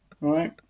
right